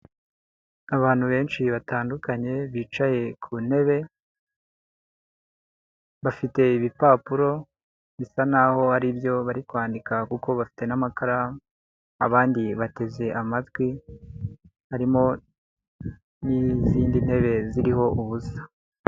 Abantu benshi batandukanye bicaye ku ntebe, bafite ibipapuro bisa n'aho hari ibyo bari kwandika kuko bafite n'amakaramu. Abandi bateze amatwi, harimo n'izindi ntebe ziriho ubusa.